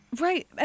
right